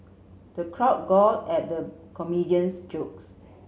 the crowd at the comedian's jokes